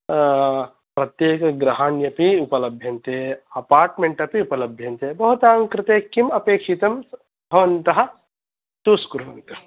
प्रत्येकगृहाण्यपि उपलभ्यन्ते अपार्ट्मेन्ट् अपि उपलभ्यन्ते भवतां कृते किम् अपेक्षितं भवन्तः चूस् कुर्वन्तु